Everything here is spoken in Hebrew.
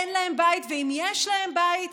אין להם בית, ואם יש להם בית,